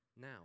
now